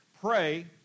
pray